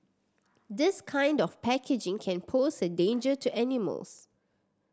this kind of packaging can pose a danger to animals